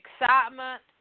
excitement